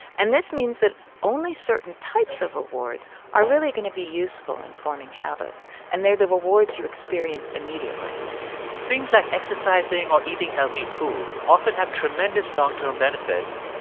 and this means that only certain types of rewards are really going to be useful in forming habits, and they're the rewards you experience immediately things like exercising or eating healthy food often have tremendous long-term benefits,